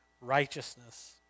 righteousness